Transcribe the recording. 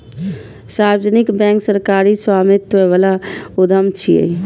सार्वजनिक बैंक सरकारी स्वामित्व बला उद्यम छियै